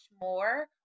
more